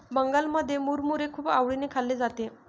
बंगालमध्ये मुरमुरे खूप आवडीने खाल्ले जाते